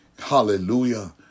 Hallelujah